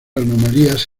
anomalías